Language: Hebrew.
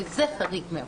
וזה חריג מאוד.